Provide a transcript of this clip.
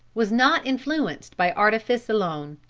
was not influenced by artifice alone.